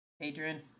Adrian